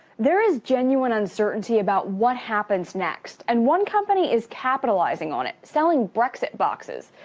there is genuine uncertainty about what happens next and one company is capitalizing on it. selling brexit boxes.